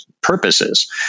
purposes